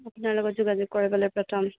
আপোনাৰ লগত যোগাযোগ কৰিবলৈ প্ৰথম